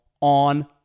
on